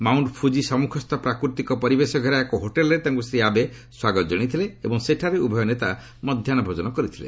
mount Fuji ସମ୍ମୁଖସ୍ଥ ପ୍ରାକୃତିକ ପରିବେଶଘେରା ଏକ ହୋଟେଲ୍ରେ ତାଙ୍କୁ ଶ୍ରୀ ଆାବେ ସ୍ୱାଗତ ଜଣାଇଥିଲେ ଏବଂ ସେଠାରେ ଉଭୟ ନେତା ମଧ୍ୟାହୁ ଭୋଜନ କରିଥିଲେ